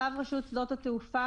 צו רשות שדות התעופה